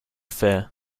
fear